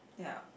yeah